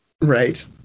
right